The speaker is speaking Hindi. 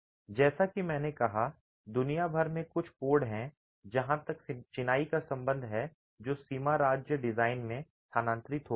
जैसा कि मैंने कहा दुनिया भर में कुछ कोड हैं जहां तक चिनाई का संबंध है जो सीमा राज्य डिजाइन में स्थानांतरित हो गए हैं